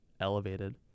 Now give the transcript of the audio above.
elevated